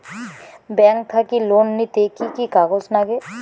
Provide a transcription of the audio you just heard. Bank থাকি loan নিতে কি কি কাগজ নাগে?